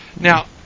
Now